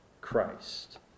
Christ